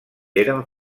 eren